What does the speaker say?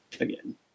again